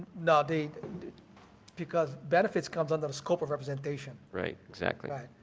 no, the because benefits come under the scope of representation. right, exactly. right,